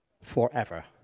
forever